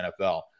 NFL